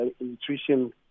nutrition